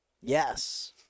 Yes